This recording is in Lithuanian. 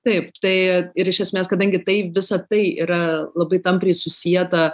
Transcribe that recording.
taip tai ir iš esmės kadangi tai visa tai yra labai tampriai susieta